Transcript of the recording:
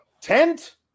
tent